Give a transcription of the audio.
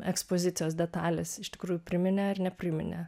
ekspozicijos detalės iš tikrųjų priminė ar nepriminė